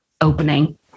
opening